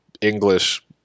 English